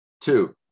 two